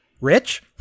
Rich